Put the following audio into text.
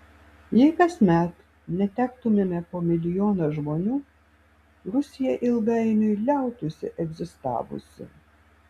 jei kasmet netektumėme po milijoną žmonių rusija ilgainiui liautųsi egzistavusi